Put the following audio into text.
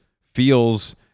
feels